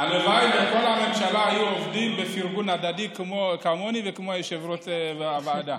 הלוואי שכל הממשלה היו עובדים בפרגון הדדי כמוני וכמו יושבת-ראש הוועדה.